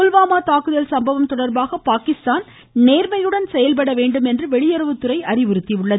புல்வாமா தாக்குதல் சம்பவம் தொடர்பாக பாகிஸ்தான் நேர்மையுடன் செயல்பட வேண்டும் என்று வெளியுறவுத்துறை அறிவுறுத்தியுள்ளது